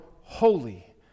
holy